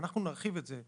ואנחנו נרחיב את זה,